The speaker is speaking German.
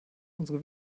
unsere